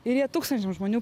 ir jie tūkstančiam žmonių